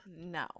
No